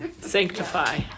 Sanctify